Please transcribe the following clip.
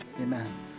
Amen